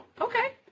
Okay